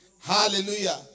Hallelujah